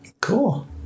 Cool